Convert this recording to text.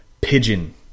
Pigeon